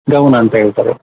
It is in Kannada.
ಗೌನ್ ಅಂತ ಹೇಳ್ತಾರೆ